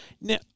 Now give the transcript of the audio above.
Now